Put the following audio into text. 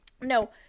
No